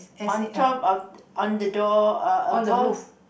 on top of on the door uh above